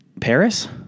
Paris